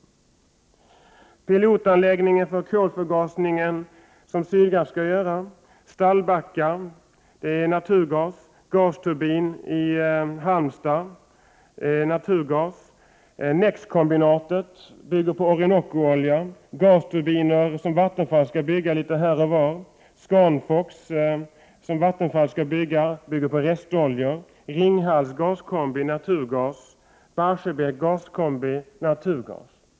Sydgas skall bygga en pilotanläggning för kolförgasning, Stallbacka drivs med naturgas, en gasturbin i Halmstad drivs med naturgas, NEX-kombinatet bygger på Orinoco-oljan, Vattenfall skall bygga gasturbiner litet här och var. SCANFOX-anläggningen som Vattenfall skall bygga kommer att använda sig av restoljor, Ringhals gaskombi skall likaså använda naturgas.